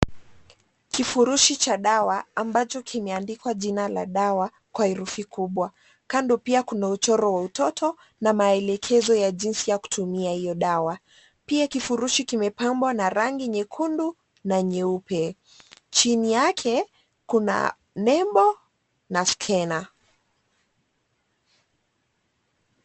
Kifurushi cha dawa ambacho kimeandikwa jina la dawa kwa herufi kubwa, kando pia kuna uchoro wa utoto na maelekezo ya jinsi ya kutumia hiyo dawa pia kifurushi kimepambwa na rangi nyekundu na nyeupe. Chini yake kuna nembo na skana.